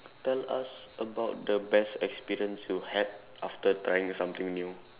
tell us about the best experience you had after trying something new